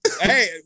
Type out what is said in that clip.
Hey